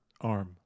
Arm